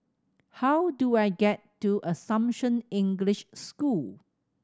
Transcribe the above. how do I get to Assumption English School